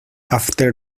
after